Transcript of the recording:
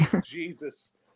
Jesus